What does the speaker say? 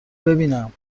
ببینم